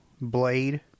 Blade